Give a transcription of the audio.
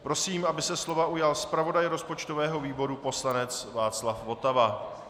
Prosím, aby se slova ujal zpravodaj rozpočtového výboru poslanec Václav Votava.